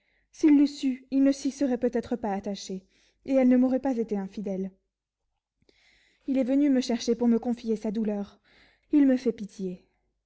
s'il l'eût su il ne s'y serait peut-être pas attaché elle ne m'aurait pas été infidèle il est venu me chercher pour me confier sa douleur il me fait pitié